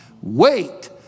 Wait